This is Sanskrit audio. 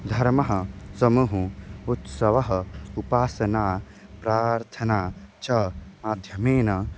धर्मः समूहः उत्सवः उपासना प्रार्थना च माध्यमेन